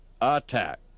attack